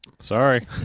Sorry